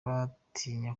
batinya